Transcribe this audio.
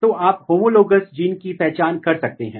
यदि आप केवल SOC1 को म्यूट करते हैं तो एक प्रभाव होता है